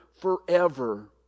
forever